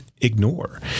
ignore